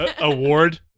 award